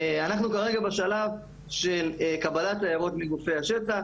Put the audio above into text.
אנחנו כרגע בשלב של קבלת ההערות מגופי השטח.